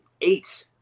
eight